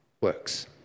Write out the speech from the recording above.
works